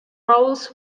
roles